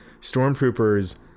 stormtroopers